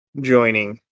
joining